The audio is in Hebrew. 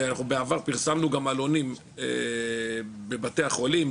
בעבר פרסמנו גם עלונים בבתי החולים,